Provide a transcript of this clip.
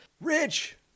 Rich